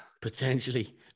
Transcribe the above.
Potentially